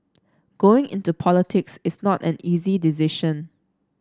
going into politics is not an easy decision